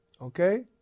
Okay